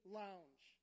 lounge